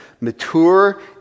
mature